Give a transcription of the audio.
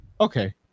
Okay